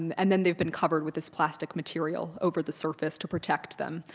and then they've been covered with this plastic material over the surface to protect them.